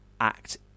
act